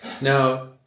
Now